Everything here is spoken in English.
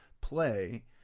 play